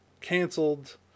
canceled